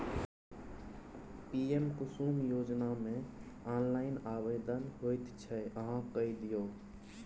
PM Kusum योजनामे online आवेदन होइत छै अहाँ कए दियौ